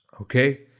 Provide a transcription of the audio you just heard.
Okay